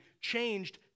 changed